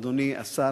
אדוני השר,